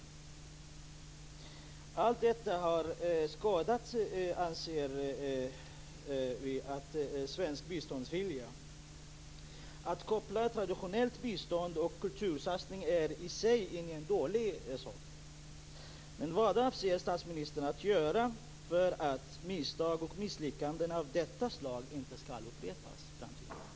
Vi anser att allt detta har skadat svensk biståndsvilja. Att koppla traditionellt bistånd med en kultursatsning är i sig ingen dålig sak. Men vad avser statsministern att göra för att misstag och misslyckanden av detta slag inte ska upprepas i framtiden?